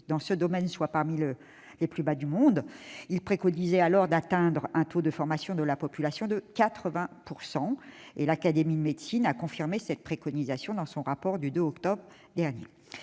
dans ce domaine soit parmi les plus faibles au monde. Il préconisait d'atteindre un taux de formation de la population de 80 %, et l'Académie nationale de médecine a confirmé cette préconisation dans son rapport du 2 octobre dernier.